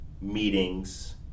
meetings